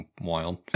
wild